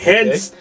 Hence